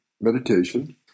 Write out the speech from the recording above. meditation